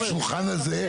מהשולחן הזה,